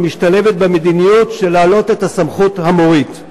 שמשתלבת במדיניות של להעלאת הסמכות המורית.